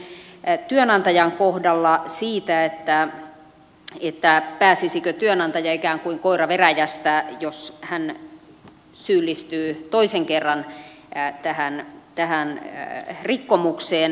täällä puhuttiin työnantajan kohdalla siitä pääsisikö työnantaja ikään kuin koira veräjästä jos hän syyllistyy toisen kerran tähän rikkomukseen